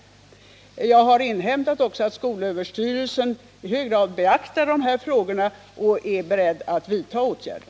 Jag har inhämtat att skolöverstyrelsen i hög grad beaktar dessa frågor och är beredd att vidta åtgärder.